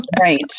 right